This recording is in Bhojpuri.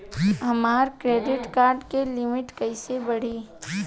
हमार क्रेडिट कार्ड के लिमिट कइसे बढ़ी?